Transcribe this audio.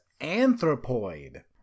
Anthropoid